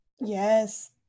Yes